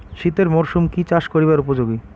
শীতের মরসুম কি চাষ করিবার উপযোগী?